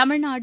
Tamil Nadu